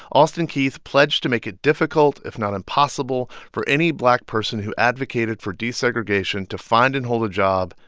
alston keith pledged to make it difficult, if not impossible, for any black person who advocated for desegregation to find and hold a job,